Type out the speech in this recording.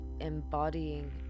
embodying